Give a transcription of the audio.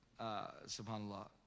subhanAllah